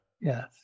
yes